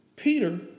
Peter